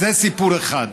זה סיפור אחד.